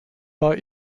war